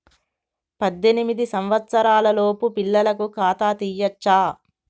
పద్దెనిమిది సంవత్సరాలలోపు పిల్లలకు ఖాతా తీయచ్చా?